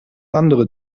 andere